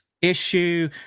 issue